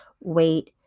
wait